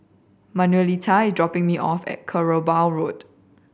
Manuelita is dropping me off at Kerbau Road